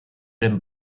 den